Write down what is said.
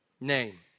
name